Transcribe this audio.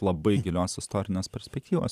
labai gilios istorinės perspektyvos